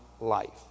life